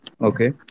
Okay